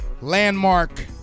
landmark